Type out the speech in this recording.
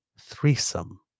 threesome